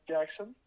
Jackson